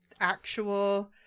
actual